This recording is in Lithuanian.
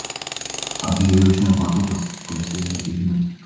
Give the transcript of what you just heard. apžiūrėjau šiandien patalpas kuriose yra iždas